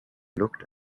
looked